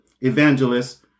evangelists